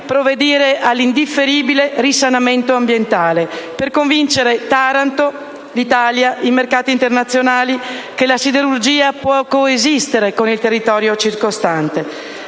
dilazioni all'indifferibile risanamento ambientale, per convincere Taranto, l'Italia, i mercati internazionali che la siderurgia può coesistere con il territorio circostante.